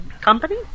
company